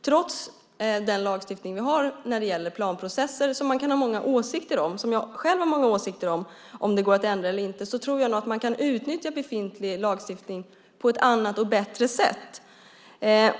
Trots den lagstiftning vi har när det gäller planprocesser - som man kan ha många åsikter om, och som jag själv har många åsikter om, om det går att ändra eller inte - tror jag att man kan utnyttja befintlig lagstiftning på ett annat och bättre sätt.